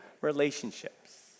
relationships